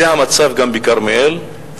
זה המצב גם בכרמיאל,